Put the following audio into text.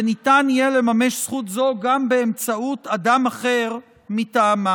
וניתן יהיה לממש זכות זו גם באמצעות אדם אחר מטעמם.